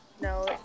No